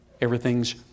Everything's